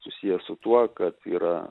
susiję su tuo kad yra